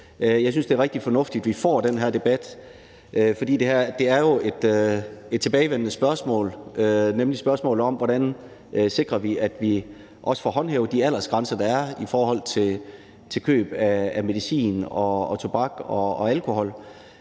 Jeg synes, det er rigtig fornuftigt, at vi får den her debat, for det her er jo et tilbagevendende spørgsmål – altså spørgsmålet om, hvordan vi sikrer, at vi også får håndhævet de aldersgrænser, der er i forbindelse med køb af medicin, tobak og alkohol.